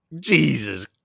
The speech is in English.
Jesus